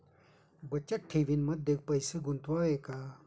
बचत ठेवीमध्ये पैसे गुंतवावे का?